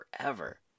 forever